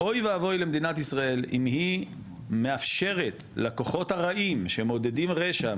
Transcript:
אוי ואבוי למדינת ישראל אם היא מאפשרת לכוחות הרעים שמעודדים רשע,